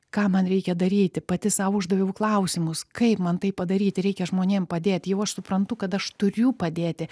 ką man reikia daryti pati sau uždaviau klausimus kaip man tai padaryti reikia žmonėm padėt jau aš suprantu kad aš turiu padėti